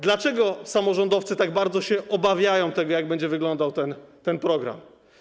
Dlaczego samorządowcy tak bardzo się obawiają tego, jak będzie wyglądał ten program?